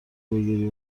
بگیری